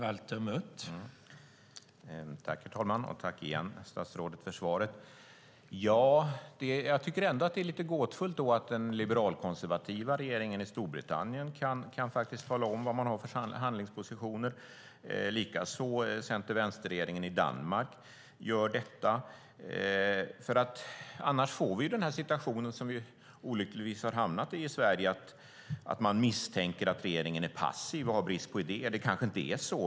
Herr talman! Tack igen för svaret, statsrådet. Det är ändå lite gåtfullt att den liberalkonservativa regeringen i Storbritannien kan tala om vad den har för förhandlingspositioner. Likaså gör centervänsterregeringen i Danmark detta. Vi får annars den situation som vi i Sverige olyckligtvis har hamnat i att man misstänker att regeringen är passiv och har brist på idéer. Det kanske inte är så.